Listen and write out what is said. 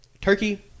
Turkey